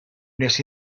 wnes